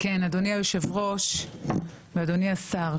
כן, אדוני היושב ראש ואדוני השר.